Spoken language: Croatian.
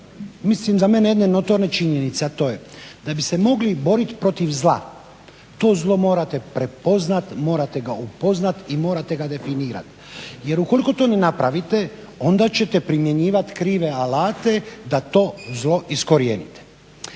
mislim za mene jedne notorne činjenice, a to je da bi se mogli boriti protiv zla to zlo morate prepoznati, morate ga upoznati i morate ga definirati. Jer ukoliko to ne napravite onda ćete primjenjivati krive alate da to zlo iskorijenite.